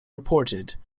reported